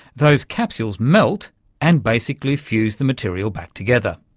those capsules melt and basically fuse the material back together.